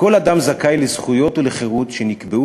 "כל אדם זכאי לזכויות ולחירות שנקבעו